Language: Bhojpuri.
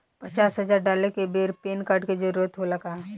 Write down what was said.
पचास हजार डाले के बेर पैन कार्ड के जरूरत होला का?